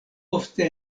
ofte